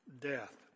death